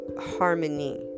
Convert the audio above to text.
harmony